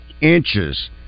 inches